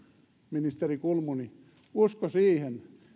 ministeri kulmuni usko siihen